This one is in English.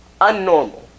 unnormal